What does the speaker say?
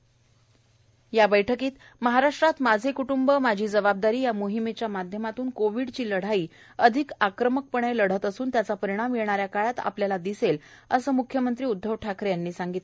माझे कुटुंब माझी जबाबदारी महाराष्ट्रात माझे कुटुंब माझी जबाबदारी या मोहिमेच्या माध्यमातून कोविडची लढाई अधिक आक्रमकपणे लढत असून त्याचा परिणाम येणाऱ्या काळात आपल्याला दिसेल असं म्ख्यमंत्री उद्धव ठाकरे यांनी यावेळी सांगितलं